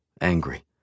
angry